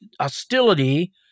hostility